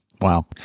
Wow